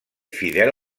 fidel